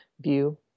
view